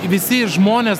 visi žmonės